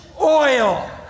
oil